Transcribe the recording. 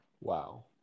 Wow